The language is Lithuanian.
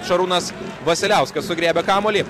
šarūnas vasiliauskas sugriebė kamuolį